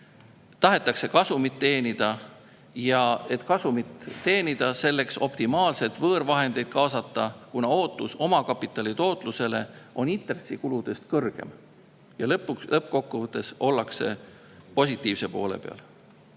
tahetakse kasumit teenida ja et kasumit teenida, selleks optimaalselt võõrvahendeid kaasata, kuna ootus omakapitali tootlusele on intressikuludest kõrgem. Lõppkokkuvõttes ollakse positiivse poole peal.